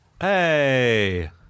Hey